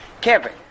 Kevin